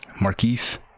Marquise